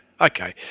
okay